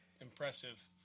impressive